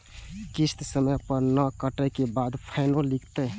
किस्त समय पर नय कटै के बाद फाइनो लिखते?